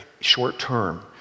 short-term